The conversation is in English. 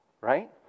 right